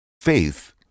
Faith